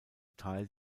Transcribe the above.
teil